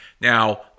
Now